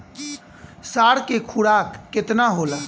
साढ़ के खुराक केतना होला?